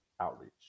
outreach